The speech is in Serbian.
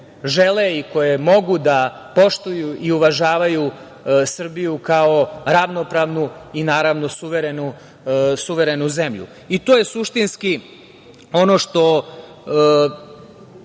i koje mogu da poštuju i uvažavaju Srbiju kao ravnopravno i suverenu zemlju. To je suštinski ono što